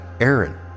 Aaron